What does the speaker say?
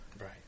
Right